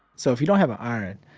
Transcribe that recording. so, if you don't have an iron,